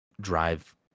drive